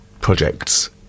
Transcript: projects